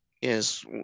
Yes